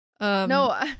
No